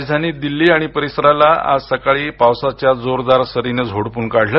राजधानी दिल्ली आणि परिसराला आज सकाळी पावसाच्या जोरदार सरींनी झोडपून काढलं